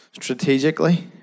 strategically